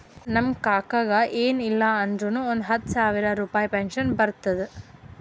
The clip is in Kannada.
ನಮ್ ಕಾಕಾಗ ಎನ್ ಇಲ್ಲ ಅಂದುರ್ನು ಒಂದ್ ಹತ್ತ ಸಾವಿರ ರುಪಾಯಿ ಪೆನ್ಷನ್ ಬರ್ತುದ್